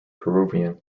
peruvian